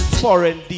foreign